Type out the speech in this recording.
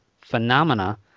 Phenomena